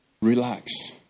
relax